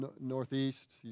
northeast